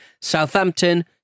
Southampton